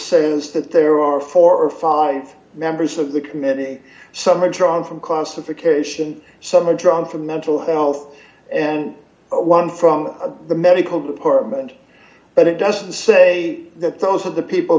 says that there are four or five members of the committee some are drawn from concert for cation some are drawn from mental health and one from the medical department but it doesn't say that those are the people